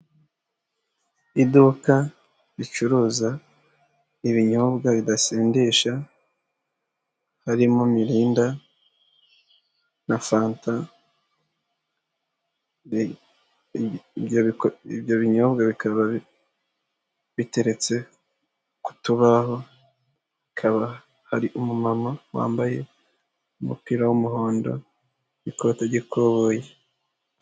Iduka ricuruza ibinyobwa bidasindisha, harimo mirinda na fanta, ibyo binyobwa bikaba bitreretse ku tubaho, hari umumama wambaye umupira w'umuhondo, n'ikote ry'ikoboyi.